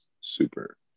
super